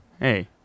hey